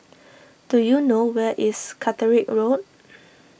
do you know where is Catterick Road